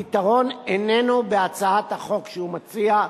הפתרון איננו בהצעת החוק שהוא מציע.